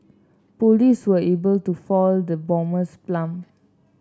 police were able to foil the bomber's plan